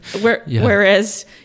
whereas